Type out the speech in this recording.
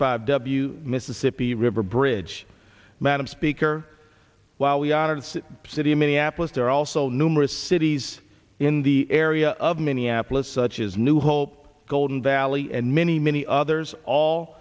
five w mississippi river bridge madam speaker while we honored city of minneapolis there are also numerous cities in the area of minneapolis such as new hope golden valley and many many others all